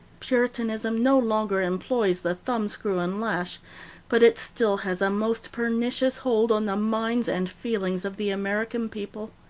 puritanism no longer employs the thumbscrew and lash but it still has a most pernicious hold on the minds and feelings of the american people.